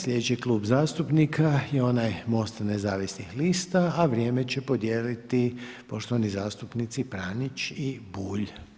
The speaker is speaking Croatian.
Sljedeći Klub zastupnika je onaj MOST-a nezavisnih lista a vrijeme će podijeliti poštovani zastupnici Pranić i Bulj.